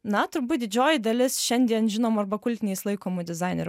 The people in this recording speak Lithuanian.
na turbūt didžioji dalis šiandien žinomų arba kultiniais laikomų dizainerių